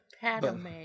Padme